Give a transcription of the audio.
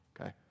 Okay